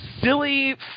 silly